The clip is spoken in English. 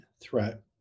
threat